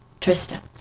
Trista